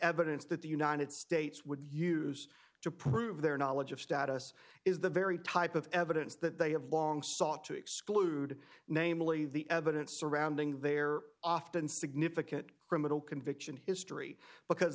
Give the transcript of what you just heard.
evidence that the united states would use to prove their knowledge of status is the very type of evidence that they have long sought to exclude namely the evidence surrounding their often significant criminal conviction history because